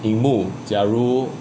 银幕假如